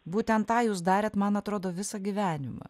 būtent tą jūs darėt man atrodo visą gyvenimą